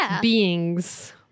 beings